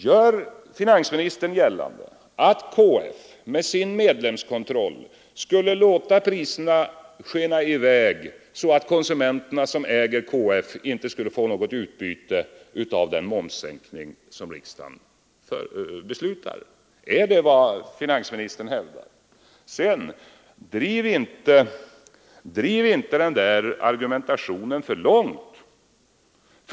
Gör finansministern gällande att KF med sin medlemskontroll skulle låta priserna skena i väg så att konsumenterna — som äger KF — inte skulle få något utbyte av den momssänkning som riksdagen beslutar? Är det vad finansministern hävdar? Och sedan: Driv inte den argumentationen för långt!